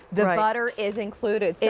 the butter is included. it